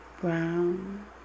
brown